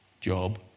Job